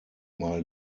mal